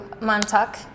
Montauk